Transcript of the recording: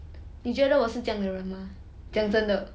你觉得我是这样的人吗讲真的